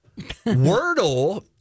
Wordle